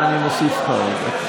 הולך הביתה.